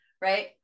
right